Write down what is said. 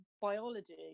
biology